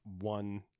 one